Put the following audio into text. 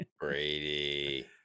Brady